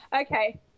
Okay